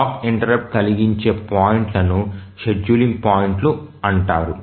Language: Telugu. క్లాక్ ఇంటెర్రుప్ట్ కలిగించే పాయింట్లను షెడ్యూలింగ్ పాయింట్లు అంటారు